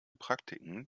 praktiken